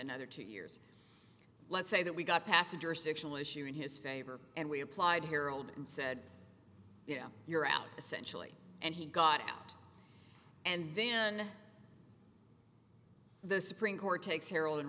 another two years let's say that we got passage or sexual issue in his favor and we applied harold and said you know you're out essentially and he got out and then the supreme court takes heroin